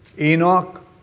Enoch